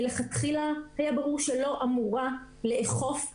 מלכתחילה היה ברור שלא אמורה לאכוף אותו.